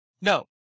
No